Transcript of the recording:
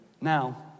Now